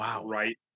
Right